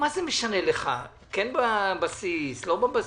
מה זה משנה לך, כן בבסיס או לא בבסיס?